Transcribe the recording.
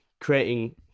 creating